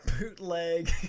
Bootleg